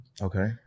Okay